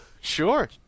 Sure